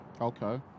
Okay